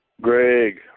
Greg